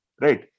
right